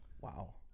wow